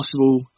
possible